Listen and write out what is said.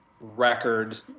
record